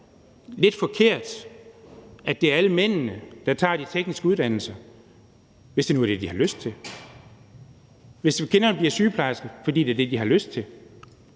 lidt forkert, at det er alle mændene, der tager de tekniske uddannelser, hvis det nu er det, de har lyst til? Hvis kvinderne bliver sygeplejersker, fordi det er det, de har lyst til,